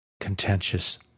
contentious